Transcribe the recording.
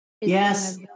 yes